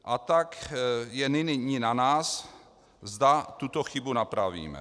A tak je nyní na nás, zda tuto chybu napravíme.